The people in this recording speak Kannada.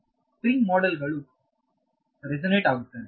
ಸ್ಪ್ರಿಂಗ್ ಮಾಡೆಲ್ ಗಳು ರೆಸೊನೇಟ್ ಆಗುತ್ತದೆ